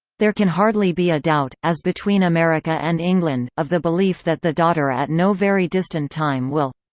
there can hardly be a doubt, as between america and england, of the belief that the daughter at no very distant time will.